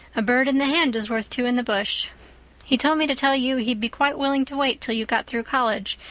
a bird in the hand is worth two in the bush he told me to tell you he'd be quite willing to wait till you got through college,